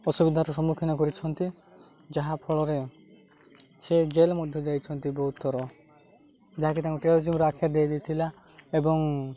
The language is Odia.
ଅସୁବିଧାର ସମ୍ମୁଖୀନ କରିଛନ୍ତି ଯାହାଫଳରେ ସେ ଜେଲ୍ ମଧ୍ୟ ଯାଇଛନ୍ତି ବହୁତ ଥର ଯାହାକି ତାଙ୍କୁ ଟେରୋରିଜିମର ଆଖ୍ୟା ଦିଆଯାଇ ଥିଲା ଏବଂ